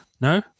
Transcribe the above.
No